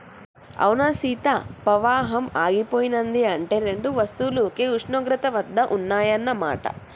అవునా సీత పవాహం ఆగిపోయినది అంటే రెండు వస్తువులు ఒకే ఉష్ణోగ్రత వద్ద ఉన్నాయన్న మాట